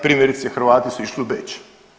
Primjerice Hrvati su išli u Beč.